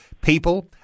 people